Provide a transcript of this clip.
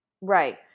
Right